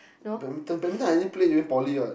badminton badminton I didn't play during poly what